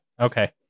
Okay